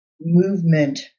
movement